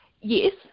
yes